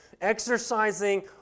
Exercising